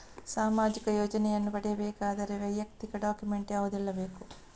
ಸಾಮಾಜಿಕ ಯೋಜನೆಯನ್ನು ಪಡೆಯಬೇಕಾದರೆ ವೈಯಕ್ತಿಕ ಡಾಕ್ಯುಮೆಂಟ್ ಯಾವುದೆಲ್ಲ ಬೇಕು?